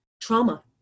trauma